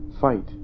Fight